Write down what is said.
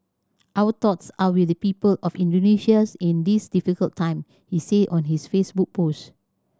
our thoughts are with the people of Indonesia in this difficult time he said on his Facebook post